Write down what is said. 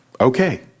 okay